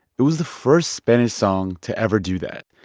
it was the first spanish song to ever do that.